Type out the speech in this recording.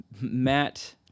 Matt